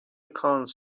کانس